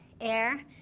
Air